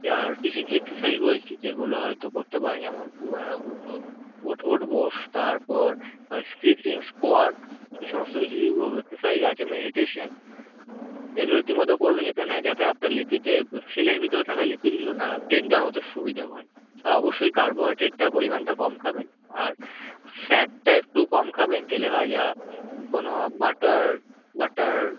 আর কিছু কি এক্সারসাইজ বলছি যেগুলো হয়তো করতে পারেন যেমন ওঠ ওঠ বোস তারপর স্কিপিং স্কোয়াড এ সমস্ত কিছু এক্সারসাইজ আছে মেডিটেশান এইগুলো রীতিমতো করবেন যেখানে যাতে আপনার লিপিডের সেলের ভিতরে থাকা লিপিডগুলো না ব্রেক ডাউন হতে সুবিধে করে আর অবশ্যই কার্বোহাইড্রেটটা পরিমাণটা কম খাবেন আর ফ্যাটটা একটু কম খাবেন তেলেভাজা কোনো বাটার বাটার